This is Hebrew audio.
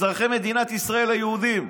אזרחי מדינת ישראל היהודים,